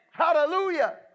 Hallelujah